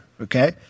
Okay